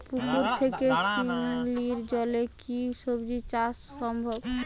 পুকুর থেকে শিমলির জলে কি সবজি চাষ সম্ভব?